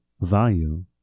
value